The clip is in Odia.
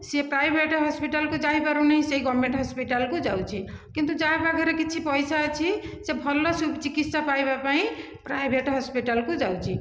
ସିଏ ପ୍ରାଇଭେଟ ହସ୍ପିଟାଲକୁ ଯାଇ ପାରୁନି ସେଇ ଗଭର୍ଣ୍ଣମେଣ୍ଟ ହସ୍ପିଟାଲକୁ ଯାଉଛି କିନ୍ତୁ ଯାହା ପାଖରେ କିଛି ପଇସା ଅଛି ସେ ଭଲ ଚିକିତ୍ସା ପାଇବା ପାଇଁ ପ୍ରାଇଭେଟ ହସ୍ପିଟାଲକୁ ଯାଉଛି